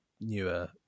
newer